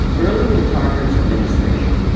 ah early in carter's administration,